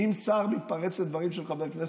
אם שר מתפרץ לדברים של חבר כנסת לא מוסיפים זמן?